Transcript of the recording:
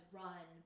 run